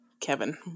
Kevin